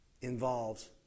involves